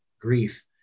grief